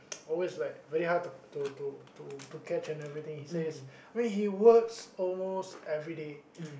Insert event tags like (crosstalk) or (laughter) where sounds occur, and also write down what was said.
(noise) always like very hard to to to to catch and everything he says I mean he works almost everyday